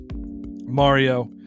mario